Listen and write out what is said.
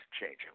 changing